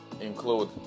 include